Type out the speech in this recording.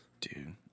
Dude